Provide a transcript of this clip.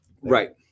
right